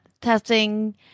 testing